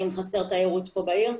אם חסרה תיירות בעיר.